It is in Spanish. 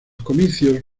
comicios